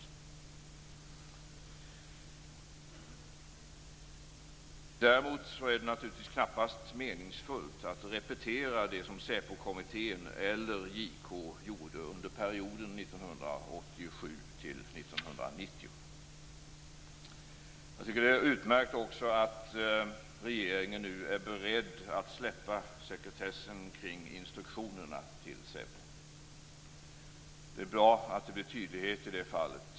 Däremot är det knappast meningsfullt att repetera det som SÄPO-kommittén eller JK gjorde under perioden 1987-1990. Jag tycker också att det är utmärkt att regeringen nu är beredd att släppa sekretessen kring instruktionerna till SÄPO. Det är bra att det blir tydlighet i det fallet.